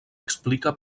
explica